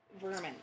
vermin